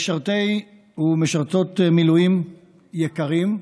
משרתי ומשרתות מילואים יקרים,